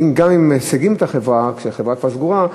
וגם אם משיגים את החברה כשהיא כבר סגורה,